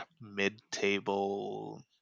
mid-table